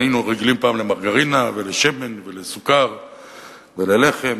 היינו רגילים פעם למרגרינה ולשמן ולסוכר וללחם,